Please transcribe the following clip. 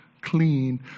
clean